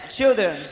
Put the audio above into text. children